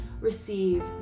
receive